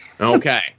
Okay